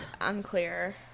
unclear